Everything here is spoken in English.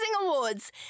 awards